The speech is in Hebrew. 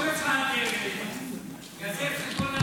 כל אחד יעשה את חשבון הנפש.